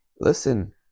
Listen